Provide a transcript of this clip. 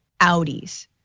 Audis